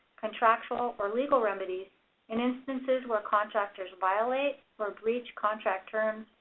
contractual, or legal remedies in instances where contractors violate or breach contract terms,